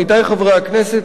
עמיתי חברי הכנסת,